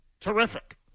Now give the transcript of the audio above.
Terrific